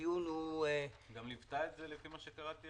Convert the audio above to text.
לפי מה שקראתי,